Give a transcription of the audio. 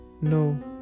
no